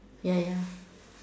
ya ya